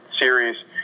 series